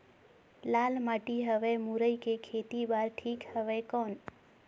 लाल माटी हवे मुरई के खेती बार ठीक हवे कौन?